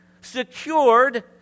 secured